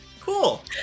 Cool